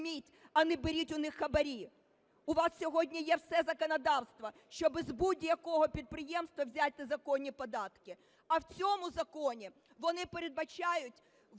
А в цьому законі вони передбачають